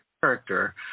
character